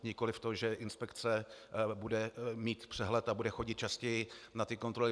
Nikoli to, že inspekce bude mít přehled a bude chodit častěji na kontroly.